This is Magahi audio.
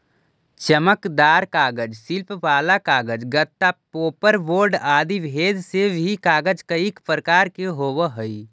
चमकदार कागज, शिल्प वाला कागज, गत्ता, पोपर बोर्ड आदि भेद से भी कागज कईक प्रकार के होवऽ हई